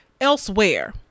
elsewhere